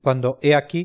cuando he aquí